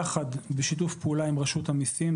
בשיתוף פעולה עם רשות המיסים,